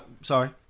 Sorry